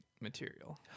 material